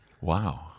Wow